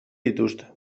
dituzte